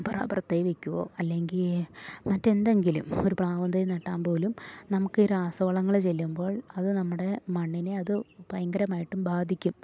പ്രത്യേ വെക്കുമോ അല്ലെങ്കിൽ മറ്റെന്തെങ്കിലും ഒരു പ്ലാവിൻ തൈ നടാൻ പോലും നമുക്ക് രാസവളങ്ങൾ ചെല്ലുമ്പോൾ അത് നമ്മുടെ മണ്ണിനെ അത് ഭയങ്കരമായിട്ടും ബാധിക്കും